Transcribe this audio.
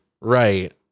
Right